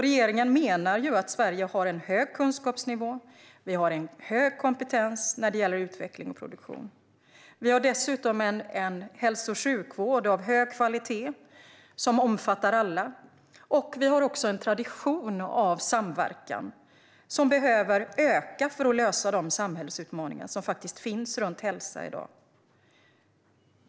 Regeringen menar att Sverige har hög kunskapsnivå och stor kompetens vad gäller utveckling och produktion. Vi har dessutom en hälso och sjukvård av hög kvalitet som omfattar alla. Vi har också en tradition av samverkan, en samverkan som behöver öka för att möta de samhällsutmaningar som finns runt hälsa i dag.